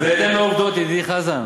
אז בהתאם לעובדות, ידידי חזן,